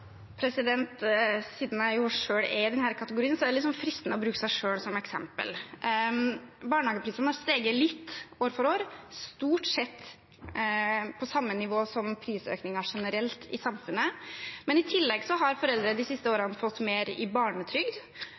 Siden jeg selv er i den kategorien, er det fristende å bruke seg selv som eksempel. Barnehageprisene har steget litt år for år, stort sett på samme nivå som prisøkningen generelt i samfunnet. I tillegg har foreldre de siste årene fått mer i barnetrygd,